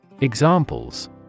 Examples